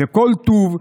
וכל טוב.